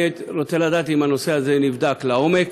אני רוצה לדעת האם הנושא הזה נבדק לעומק.